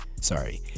sorry